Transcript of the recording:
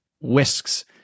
whisks